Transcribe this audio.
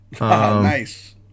Nice